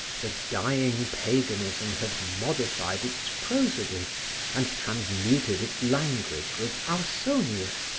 the dying paganism had modified its prosody and transmuted its language with ausonius,